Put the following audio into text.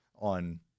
on